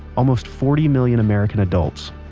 almost forty million american adults,